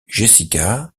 jessica